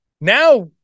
Now